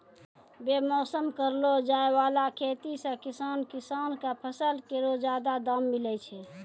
बेमौसम करलो जाय वाला खेती सें किसान किसान क फसल केरो जादा दाम मिलै छै